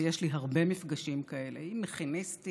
ויש לי הרבה מפגשים כאלה: עם מכיניסטים,